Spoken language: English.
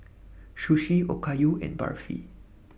Sushi Okayu and Barfi